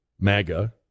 MAGA